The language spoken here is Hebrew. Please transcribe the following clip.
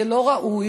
זה לא ראוי.